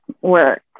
Work